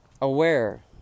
aware